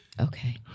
Okay